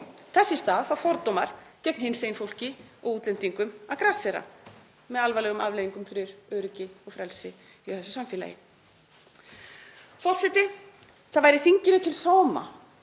Þess í stað fá fordómar gegn hinsegin fólki og útlendingum að grassera með alvarlegum afleiðingum fyrir öryggi og frelsi í þessu samfélagi. Forseti. Það væri þinginu til sóma